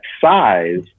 size